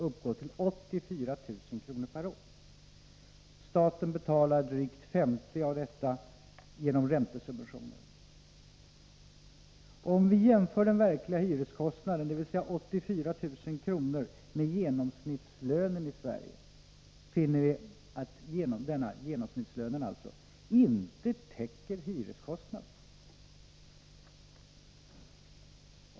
uppgår till 84 000 kr. per år. Staten betalar drygt 50 000 kr. av denna kostnad genom räntesubventioner. Om vi jämför den verkliga hyreskostnaden, dvs. 84 000 kr., med genomsnittslönen i Sverige, finner vi att denna genomsnittslön inte täcker hyreskostnaden.